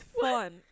fun